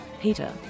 Peter